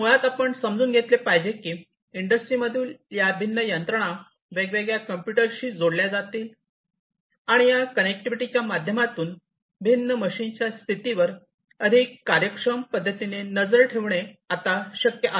तर मुळात आपण समजून घेतले पाहिजे की इंडस्ट्रीमधील या भिन्न यंत्रणा वेगवेगळ्या कम्प्युटरशी जोडल्या जातील आणि या कनेक्टिव्हिटीच्या माध्यमातून भिन्न मशीनच्या स्थितीवर अधिक कार्यक्षम पद्धतीने नजर ठेवणे शक्य आहे